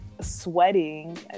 Sweating